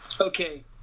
Okay